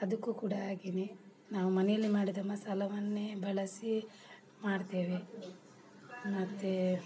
ಅದಕ್ಕೂ ಕೂಡ ಹಾಗೆಯೇ ನಾವು ಮನೆಯಲ್ಲೇ ಮಾಡಿದ ಮಸಾಲವನ್ನೇ ಬಳಸಿ ಮಾಡ್ತೇವೆ ಮತ್ತು